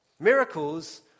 Miracles